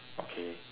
okay